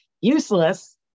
useless